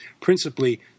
principally